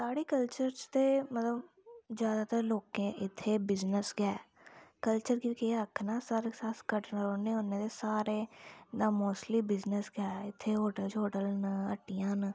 साढ़े कल्चर च ते मतलब ज्यादतर लोकें इत्थें बिजनेस गै कल्चर केह् गी केह् आखना साढ़े अस कटरा रौ्न्ने होन्ने ते सारें दा मोस्टली बिजनेस गै ऐ इत्थे होटल शोटल न ह्ट्टियां न